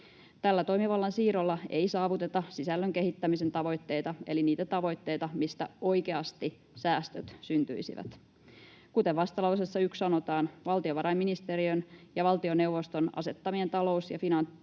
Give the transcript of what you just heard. Tällä toimivallan siirrolla ei saavuteta sisällön kehittämisen tavoitteita eli niitä tavoitteita, mistä oikeasti säästöt syntyisivät. Kuten vastalauseessa 1 sanotaan, valtiovarainministeriön ja valtioneuvoston asettamien talous- ja finanssipoliittisten